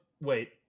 wait